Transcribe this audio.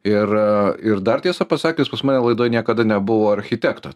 ir ir dar tiesą pasakius pas mane laidoj niekada nebuvo architekto